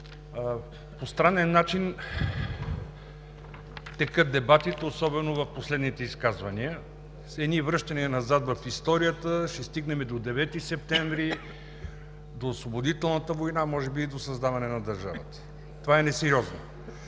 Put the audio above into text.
По странен начин текат дебатите – особено в последните изказвания, с едни връщания назад в историята, ще стигнем до 9 септември, до Освободителната война, може би и до създаване на държавата. Това е несериозно,